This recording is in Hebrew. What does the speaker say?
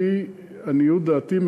לפי עניות דעתי,